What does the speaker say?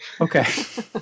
Okay